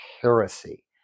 heresy